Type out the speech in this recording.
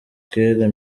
kera